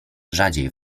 rzadziej